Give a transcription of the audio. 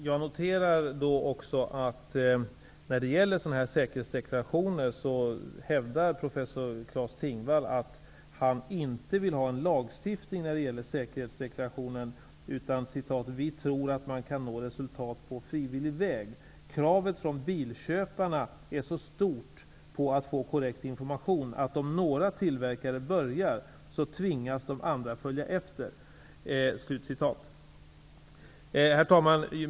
Herr talman! Jag noterar när det gäller säkerhetsdeklarationer att professor Claes Tingvall hävdar att han inte vill ha en lagstiftning. Han säger: Vi tror att man kan nå resultat på frivillig väg. Kravet från bilköparna är så stort på att få korrekt information att om några tillverkare börjar, tvingas de andra att följa efter. Herr talman!